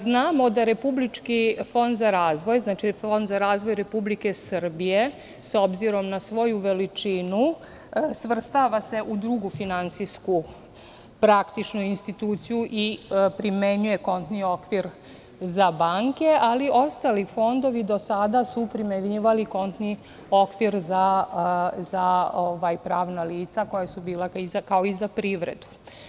Znamo da Republički fond za razvoj, Fond za razvoj Republike Srbije, s obzirom na svoju veličinu, svrstava se u drugu finansijsku praktičnu instituciju i primenjuje kontni okvir za banke, ali ostali fondovi do sada su primenjivali kontni okvir za pravna lica koja su bila kao i za privredu.